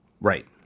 Right